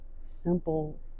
simple